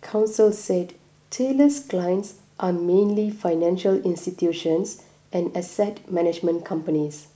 counsel said Taylor's clients are mainly financial institutions and asset management companies